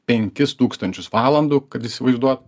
penkis tūkstančius valandų kad įsivaizduot